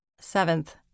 Seventh